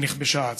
ונכבשה העצמאות."